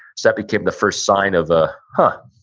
that became the first sign of a huh.